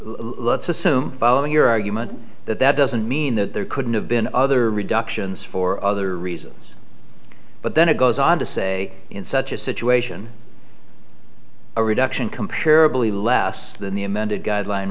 let's assume following your argument that that doesn't mean that there couldn't have been other reductions for other reasons but then it goes on to say in such a situation a reduction comparable to a less than the amended guideline